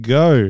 go